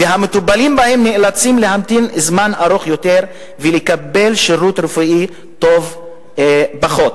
והמטופלים בהם נאלצים להמתין זמן רב יותר ולקבל שירות רפואי טוב פחות.